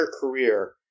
career